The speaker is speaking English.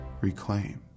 reclaimed